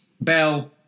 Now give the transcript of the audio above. Bell